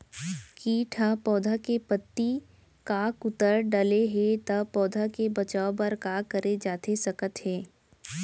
किट ह पौधा के पत्ती का कुतर डाले हे ता पौधा के बचाओ बर का करे जाथे सकत हे?